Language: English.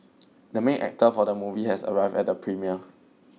the main actor of the movie has arrived at the premiere